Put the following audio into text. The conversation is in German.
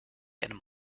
einem